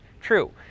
True